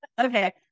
Okay